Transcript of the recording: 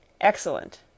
Excellent